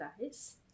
guys